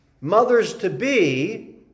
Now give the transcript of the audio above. mothers-to-be